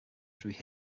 through